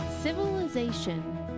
Civilization